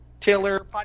Taylor